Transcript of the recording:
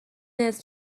نصف